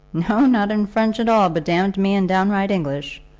no not in french at all, but damned me in downright english.